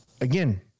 again